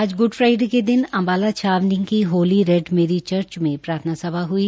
आज Good Friday के दिन अंबाला छावनी की होलीरेडमेरी चर्च में प्रार्थना सभा हई